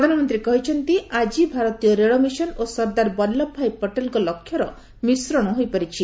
ପ୍ରଧାନମନ୍ତ୍ରୀ କହିଛନ୍ତି ଆଜି ହେଉଛି ଭାରତୀୟ ରେଳ ମିଶନ ଓ ସର୍ଦ୍ଦାର ବଲ୍ଲଭ ଭାଇ ପଟେଲଙ୍କ ଲକ୍ଷ୍ୟର ମିଶ୍ରଣ ହୋଇପାରିଛି